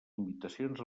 invitacions